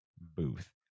booth